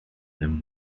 them